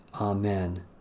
Amen